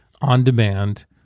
on-demand